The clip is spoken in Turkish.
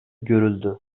görüldü